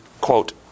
quote